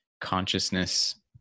consciousness